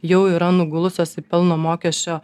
jau yra nugulusios į pelno mokesčio